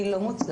היא לא מוצלחת.